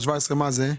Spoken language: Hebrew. מה זה 4-17?